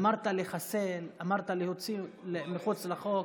אמרת "לחסל", אמרת "להוציא מחוץ לחוק".